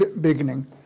beginning